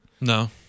No